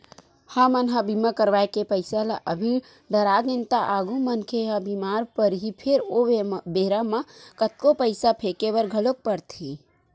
हमन ह बीमा करवाय के पईसा ल अभी डरागेन त आगु मनखे ह बीमार परही फेर ओ बेरा म कतको पईसा फेके बर घलोक परथे